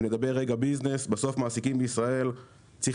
אם נדבר רגע ביזנס בסוף מעסיקים בישראל צריך